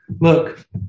Look